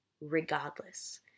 regardless